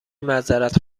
معذرت